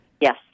Yes